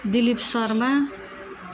Dilip Sharma